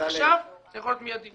עכשיו זה צריך להיות מיידי.